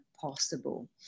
possible